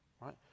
right